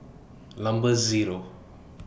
Number Zero